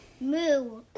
Moo